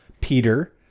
Peter